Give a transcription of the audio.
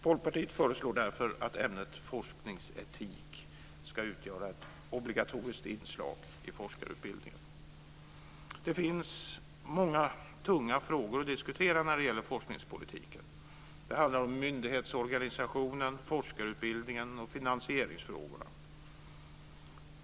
Folkpartiet föreslår därför att ämnet forskningsetik ska utgöra ett obligatoriskt inslag i forskarutbildningen. Det finns många tunga frågor att diskutera när det gäller forskningspolitiken. Det handlar om myndighetsorganisationen, forskarutbildningen och finansieringsfrågorna.